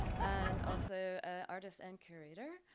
and also a artist and curator.